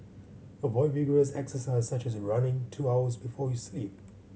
avoid vigorous exercise such as running two hours before you sleep